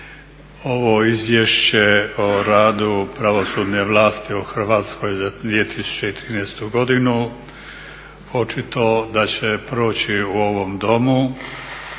ovo izvješće o radu pravosudne vlasti u Hrvatskoj za 2013. godinu očito da će proći u ovom domu.